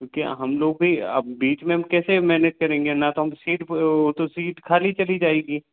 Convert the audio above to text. तो क्या हम लोग भी अब बीच में हम कैसे मैनेज करेंगे न तो हम सीट वह तो सीट खाली चली जाएगी